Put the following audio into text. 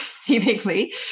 seemingly